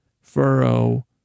furrow